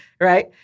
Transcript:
right